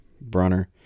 Brunner